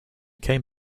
came